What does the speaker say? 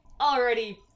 already